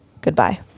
Goodbye